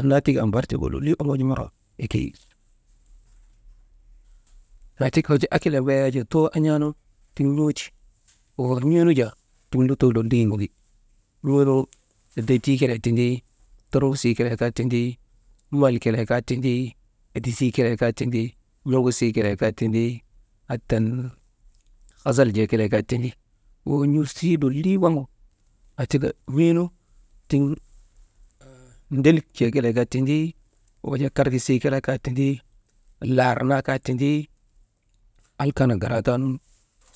Annaa tika am barik tiigin lolii oŋoji maawaahit ekeyi. Aatika wujaa akil embee yak jaa too an̰aanu tiŋ n̰uu ti woo n̰uu nu jaa tiŋ lutoo lolii windi, n̰uu deetii kelee tindi, tormbosii kelee kaa tindi, mal kelee kaa tindii, endisii kelee kaa tindi, n̰uŋusii kelee kaa tindi, hattan hazal jee kelee kaa tindi, woo n̰uu tisii lolii waŋ, aatika n̰uu nu tiŋ ndelik jee kelee kaa tindi, wujaa karkesee kelee kaa tindi, laar naa kaa tindii, alkaanak garataanu